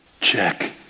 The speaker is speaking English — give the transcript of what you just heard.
check